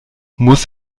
muss